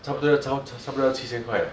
差不多要差差不多要七千块 eh